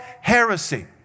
heresy